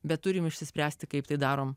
bet turime išspręsti kaip tai darome